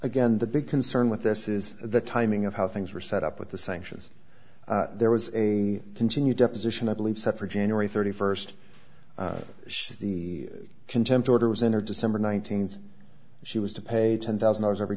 again the big concern with this is the timing of how things were set up with the sanctions there was a continued deposition i believe set for january thirty first the contempt order was in or december one thousand she was to pay ten thousand dollars every